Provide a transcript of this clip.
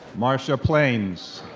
marcia planes.